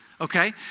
okay